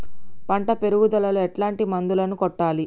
పంట పెరుగుదలలో ఎట్లాంటి మందులను కొట్టాలి?